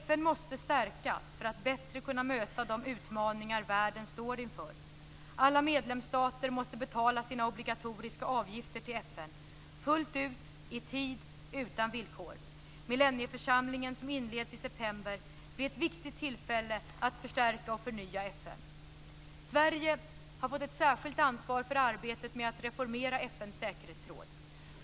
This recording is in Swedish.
FN måste stärkas för att bättre kunna möta de utmaningar världen står inför. Alla medlemsstater måste betala sina obligatoriska avgifter till FN - fullt ut, i tid, utan villkor. Millennieförsamlingen, som inleds i september, blir ett viktigt tillfälle att förstärka och förnya FN. Sverige har fått ett särskilt ansvar för arbetet med att reformera FN:s säkerhetsråd.